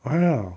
完了